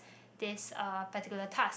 this uh particular task